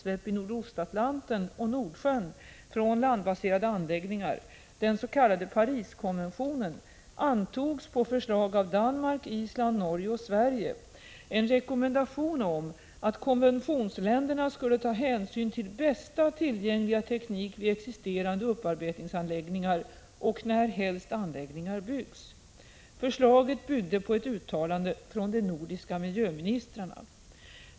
1985/86:110 Nordostatlanten och Nordsjön från landbaserade anläggningar, den s.k. 7 april 1986 Pariskonventionen, antogs på förslag av Danmark, Island, Norge och ” Sverige en rekommendation om att konventionsländerna skulle ta hänsyn till bästa tillgängliga teknik vid existerande upparbetningsanläggningar och närhelst anläggningar byggs. Förslaget byggde på ett uttalande från de nordiska miljöministrarna.